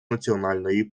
національної